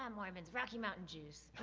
um mormons, rocky mountain jews.